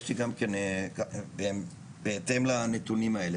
יש לי גם כן בהתאם לנתונים האלה,